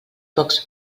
pocs